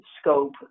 scope